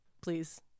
Please